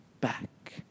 back